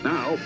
Now